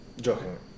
Joking